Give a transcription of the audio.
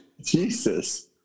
Jesus